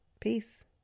Peace